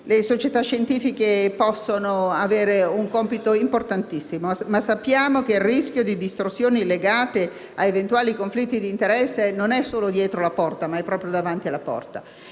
Le società scientifiche possono avere un compito importantissimo, ma sappiamo che il rischio di distorsioni legate a eventuali conflitti di interesse non è dietro la porta, ma proprio davanti.